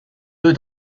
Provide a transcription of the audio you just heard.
deux